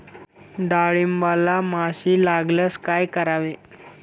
डाळींबाला माशी लागल्यास काय करावे?